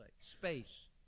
space